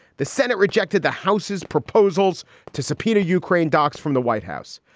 the senate rejected the house's proposals to subpoena ukraine docs from the white house.